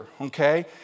okay